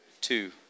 Two